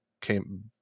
came